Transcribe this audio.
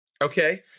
Okay